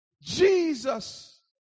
Jesus